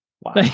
Wow